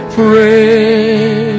pray